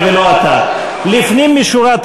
להזכיר,